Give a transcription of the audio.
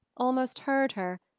almost heard her,